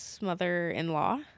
mother-in-law